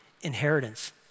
inheritance